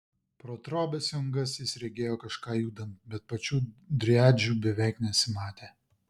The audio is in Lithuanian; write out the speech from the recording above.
pro trobesių angas jis regėjo kažką judant bet pačių driadžių beveik nesimatė